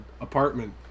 apartment